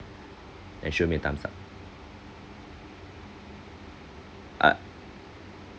then show me a thumbs up I